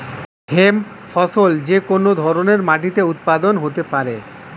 hemp ফসল যে কোন ধরনের মাটিতে উৎপাদন হতে পারে